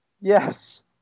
Yes